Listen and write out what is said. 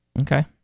okay